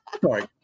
sorry